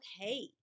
okay